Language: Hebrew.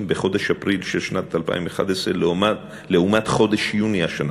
בחודש אפריל של שנת 2011 לעומת חודש יוני השנה.